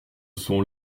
sont